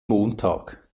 montag